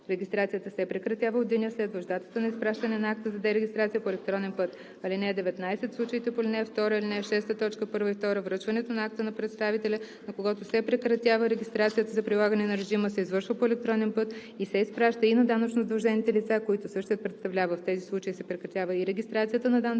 Регистрацията се прекратява от деня, следващ датата на изпращане на акта за дерегистрация по електронен път. (19) В случаите по ал. 2 и ал. 6, т. 1 и 2 връчването на акта на представителя, на когото се прекратява регистрацията за прилагане на режима, се извършва по електронен път и се изпраща и на данъчно задължените лица, които същият представлява. В тези случаи се прекратява и регистрацията на данъчно